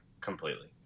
Completely